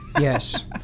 Yes